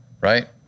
right